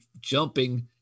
jumping